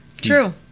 True